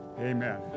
amen